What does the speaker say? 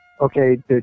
Okay